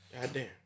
Goddamn